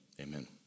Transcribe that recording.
Amen